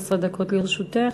15 דקות לרשותך.